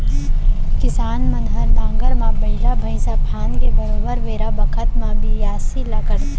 किसान मन ह नांगर म बइला भईंसा फांद के बरोबर बेरा बखत म बियासी ल करथे